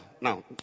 Now